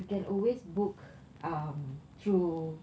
you can always book um through